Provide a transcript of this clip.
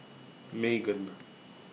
Megan